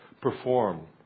perform